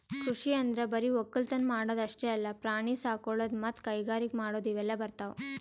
ಕೃಷಿ ಅಂದ್ರ ಬರಿ ವಕ್ಕಲತನ್ ಮಾಡದ್ ಅಷ್ಟೇ ಅಲ್ಲ ಪ್ರಾಣಿ ಸಾಕೊಳದು ಮತ್ತ್ ಕೈಗಾರಿಕ್ ಮಾಡದು ಇವೆಲ್ಲ ಬರ್ತವ್